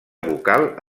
vocal